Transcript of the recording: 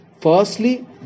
Firstly